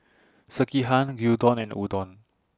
Sekihan Gyudon and Udon